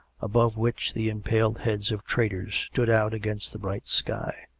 above which the impaled heads of traitors stood out against the bright sky.